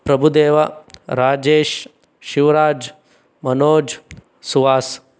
Prabhudeva Rajesh Shivraj Manoj Suhas